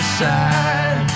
side